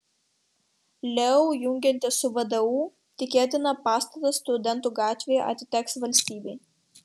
leu jungiantis su vdu tikėtina pastatas studentų gatvėje atiteks valstybei